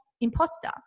imposter